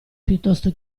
piuttosto